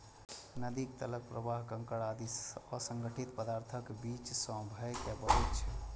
नदीक तलक प्रवाह कंकड़ आदि असंगठित पदार्थक बीच सं भए के बहैत छै